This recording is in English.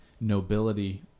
nobility